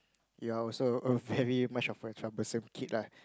you're also a very much of a troublesome kid lah